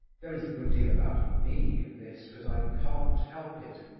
there is a good deal about me in this, but i can't help it.